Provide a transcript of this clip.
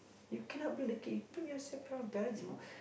you cannot blame the kid balme yourself lah parents